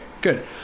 Good